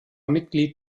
mitglied